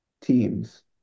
teams